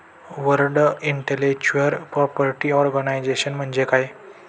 World intellectual property organisation म्हणजे काय?